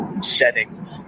setting